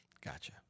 Gotcha